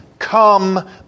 come